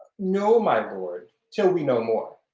no, my lord, till we know more.